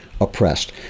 oppressed